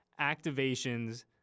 activations